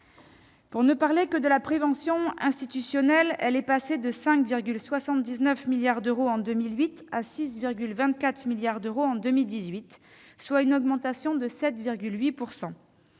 Pour ne parler que de la prévention institutionnelle, elle est passée de 5,79 milliards d'euros en 2008 à 6,24 milliards d'euros en 2018, soit une augmentation de 7,8 %.